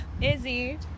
Izzy